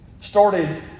started